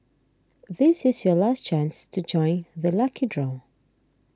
this is your last chance to join the lucky draw